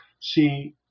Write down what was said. See